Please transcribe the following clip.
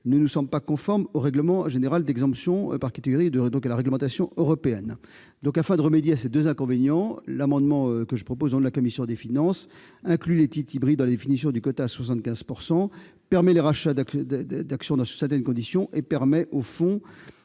-ne nous semble pas conforme au règlement général d'exemption par catégories, et donc à la réglementation européenne. Afin de remédier à ces deux inconvénients, le présent amendement inclut les titres hybrides dans la définition du quota à 75 %, permet les rachats d'actions dans certaines conditions et, enfin, permet aux fonds